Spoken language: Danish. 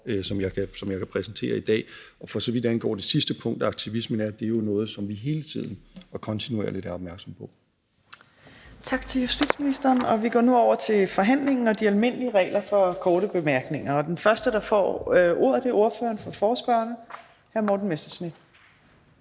som jeg kan præsentere i dag. Og for så vidt angår det sidste punkt, aktivismen, er det jo noget, som vi hele tiden og kontinuerligt er opmærksomme på. Kl. 18:24 Fjerde næstformand (Trine Torp): Tak til justitsministeren. Vi går nu over til forhandlingen og de almindelige regler for korte bemærkninger. Den første, der får ordet, er ordføreren for forespørgerne, hr. Morten Messerschmidt.